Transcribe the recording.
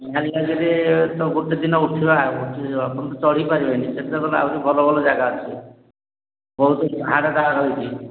ନିହାଲି ମଜରେ ତ ଗୋଟେ ଦିନ ଉଠିବା ଉଠା ଆପଣ ଚଢ଼ି ପାରିବେନି ସେଠିକି ଗଲେ ଆହୁରି ଭଲ ଭଲ ଜାଗା ଅଛି ବହୁତ ପାହାଡ଼ ଗାହାଡ଼ ରହିଛି